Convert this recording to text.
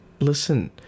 Listen